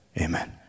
amen